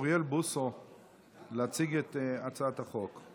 הכנסת אוריאל בוסו להציג את הצעת החוק.